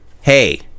hey